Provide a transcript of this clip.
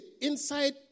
inside